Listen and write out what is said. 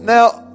Now